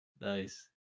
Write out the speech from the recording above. Nice